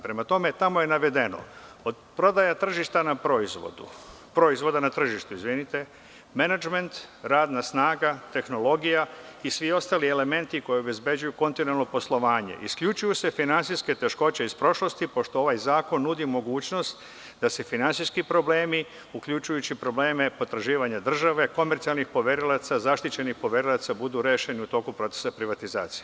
Prema tome, tamo je navedeno od prodaje proizvoda na tržištu, menadžment, radna snaga, tehnologija i svi ostali elementi koji obezbeđuju kontinuirano poslovanje isključivo se finansijske teškoće iz prošlosti, pošto ovaj zakon nudi mogućnost da se finansijski problemi, uključujući probleme potraživanja države, komercijalnih poverilaca, zaštićenih poverilaca da budu rešeni u toku procesa privatizacije.